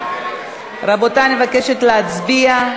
רבותי, אני מבקשת להצביע.